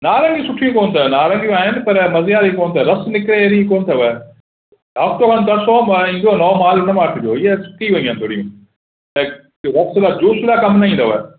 नारंगी सुठियूं कोन अथव नारंगियूं आहिनि पर मज़े वारी कोन अथव रस निकिरे अहिड़ी कोन अथव हफ़्तो खण तरसो ईंदो नओं माल ईंदो उनमां वठिजो ईअं सुकी वियूं आहिनि थोरी ऐं रस वस जूस लाइ कम न ईंदव